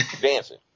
dancing